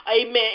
amen